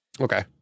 Okay